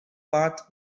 bath